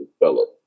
develop